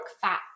fat